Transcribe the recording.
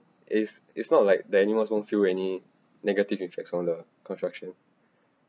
it's it's not like the animals won't feel any negative effects on the construction